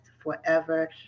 Forever